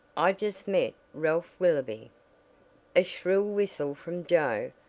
i just met ralph willoby a shrill whistle from joe,